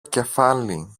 κεφάλι